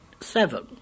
seven